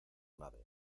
nave